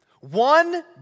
One